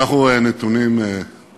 לרבות השרים.